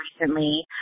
recently